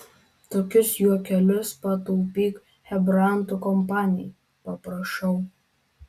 tokius juokelius pataupyk chebrantų kompanijai paprašau